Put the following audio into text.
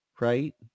right